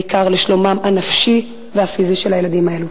בעיקר לשלומם הנפשי והפיזי של הילדים האלו.